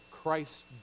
Christ